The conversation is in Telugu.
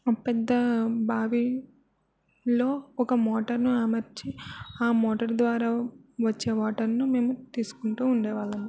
పెద్ద బావిలో ఒక మోటర్ను అమర్చి ఆ మోటార్ ద్వారా వచ్చే వాటర్ను మేము తీసుకుంటూ ఉండేవాళ్ళము